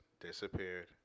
disappeared